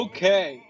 Okay